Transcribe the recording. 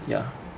ya